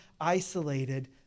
isolated